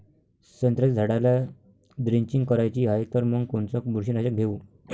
संत्र्याच्या झाडाला द्रेंचींग करायची हाये तर मग कोनच बुरशीनाशक घेऊ?